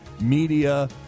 Media